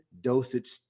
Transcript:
dosage